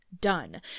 done